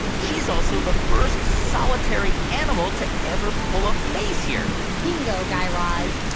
she's also the first solitary animal to ever pull a face here bingo, guy raz.